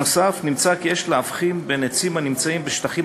נוסף על כך נמצא כי יש להבחין בין עצים הנמצאים בשטחים